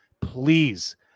please